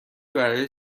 برای